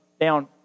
down